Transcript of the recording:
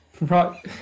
Right